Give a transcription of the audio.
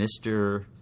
Mr